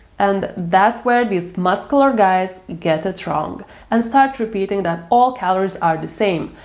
and that's where these muscular guys get it wrong and start repeating that all calories are the same,